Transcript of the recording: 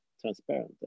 transparent